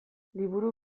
liburu